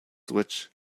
switch